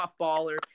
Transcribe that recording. softballer